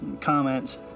comments